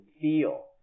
feel